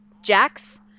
Jax